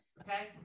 Okay